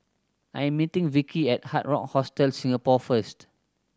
I am meeting Vicki at Hard Rock Hostel Singapore first